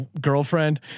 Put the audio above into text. girlfriend